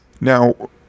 Now